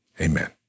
amen